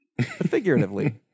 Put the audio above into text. figuratively